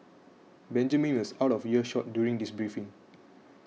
Benjamin was out of earshot during this briefing